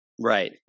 Right